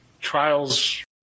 trials